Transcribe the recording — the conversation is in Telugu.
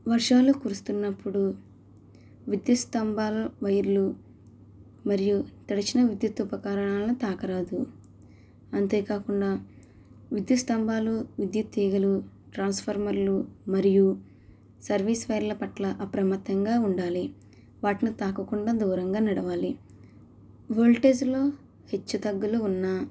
వర్షాలు కురుస్తున్నప్పుడు విద్యుత్ స్తంభాల వైర్లు మరియు తడిసిన విద్యుత్ ఉపకరణాలను తాకరాదు అంతేకాకుండా విద్యుత్ స్తంభాలు విద్యుత్ తీగలు ట్రాన్స్ఫార్మర్లు మరియు సర్వీస్ వైర్ల పట్ల అప్రమత్తంగా ఉండాలి వాటిని తాకకుండా దూరంగా నడవాలి ఓల్టేజిలో హెచ్చు తగ్గులు ఉన్నా